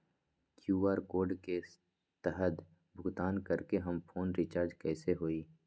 QR code के तहद भुगतान करके हम फोन रिचार्ज कैसे होई?